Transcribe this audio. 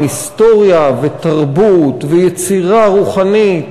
עם היסטוריה ותרבות ויצירה רוחנית,